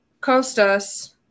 Costas